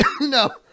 no